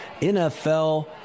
NFL